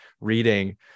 reading